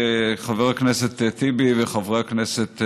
חבר הכנסת טיבי וחברי הכנסת,